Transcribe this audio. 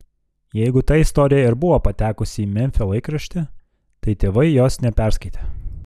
jeigu ta istorija ir buvo patekusi į memfio laikraštį tai tėvai jos neperskaitė